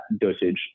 dosage